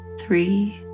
three